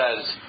says